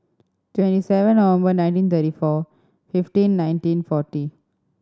twenty seven November nineteen thirty four fifteen nineteen forty